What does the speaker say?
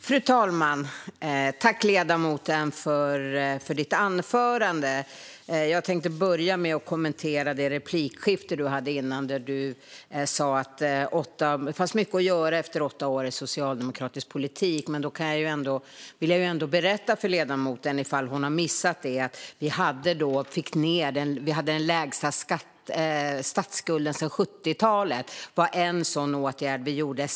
Fru talman! Tack, ledamoten, för ditt anförande! Jag tänkte börja med att kommentera det replikskifte du hade tidigare där du sa att det fanns mycket att göra efter åtta år med socialdemokratisk politik. Då vill jag ändå berätta för ledamoten, ifall hon har missat det, att en åtgärd som vi gjorde var att vi fick ned statsskulden så att den var den lägsta sedan 70talet.